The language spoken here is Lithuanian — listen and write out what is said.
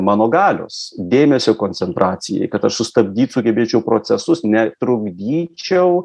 mano galios dėmesio koncentracijai kad aš sustabdyt sugebėčiau procesus netrukdyčiau